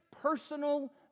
personal